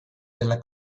della